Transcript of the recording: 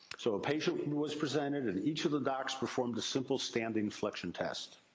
so a patient was presented, and each of the docs performed a simple standing flexion test.